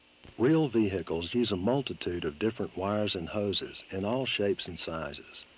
real vehicles use a multitude of different wires and hoses in all shapes and sizes.